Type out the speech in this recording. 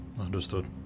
understood